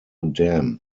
dam